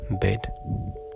bed